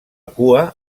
cua